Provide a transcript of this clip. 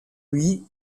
lui